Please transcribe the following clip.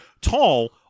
tall